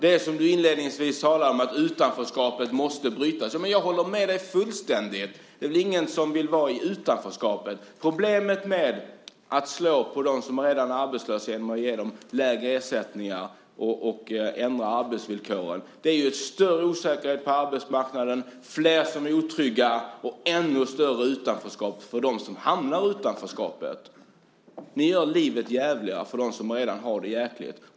Du sade inledningsvis att utanförskapet måste brytas. Jag håller med dig fullständigt. Det är ingen som vill vara i utanförskap. Men problemet med att slå på dem som redan är arbetslösa, genom att ge dem lägre ersättningar och ändra arbetsvillkoren, är att det ger större osäkerhet på arbetsmarknaden, flera som är otrygga och ännu större utanförskap för dem som hamnar i utanförskapet. Ni gör livet djävligare för dem som redan har det jäkligt.